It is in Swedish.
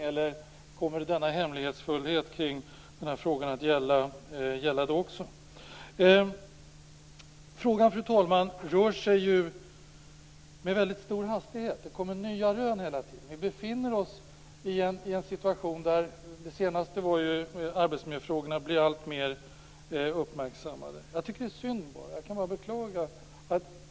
Eller kommer denna hemlighetsfullhet kring den här frågan att gälla också då? Frågan rör sig med väldigt stor hastighet. Det kommer nya rön hela tiden. Senast var det arbetsmiljöfrågorna som blev alltmer uppmärksammade.